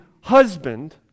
husband